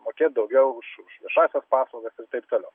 mokėt daugiau už už viešąsias paslaugas ir taip toliau